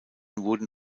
wurden